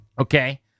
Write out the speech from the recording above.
Okay